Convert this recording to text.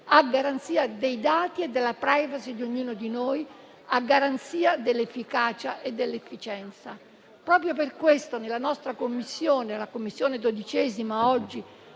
a garanzia dei dati e della *privacy* di ognuno di noi, a garanzia dell'efficacia e dell'efficienza. Proprio per questo nella 12a Commissione, discutendo oggi